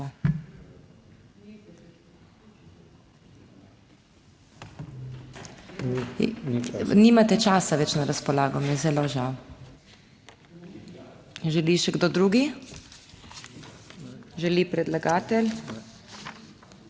Nimate časa več na razpolago, mi je zelo žal. Želi še kdo drugi? Želi predlagatelj?